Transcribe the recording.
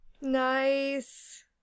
Nice